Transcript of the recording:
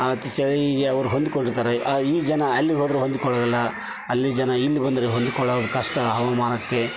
ಆ ಚಳಿಗೆ ಅವರು ಹೊಂದಿಕೊಂಡಿರ್ತಾರೆ ಈ ಜನ ಅಲ್ಲಿಗೆ ಹೋದರೆ ಹೊಂದಿಕೊಳೋದಿಲ್ಲ ಅಲ್ಲಿ ಜನ ಇಲ್ಲಿ ಬಂದರೆ ಹೊಂದಿಕೊಳ್ಳೋದು ಕಷ್ಟ ಹವಾಮಾನಕ್ಕೆ